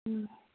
ꯎꯝ